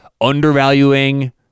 undervaluing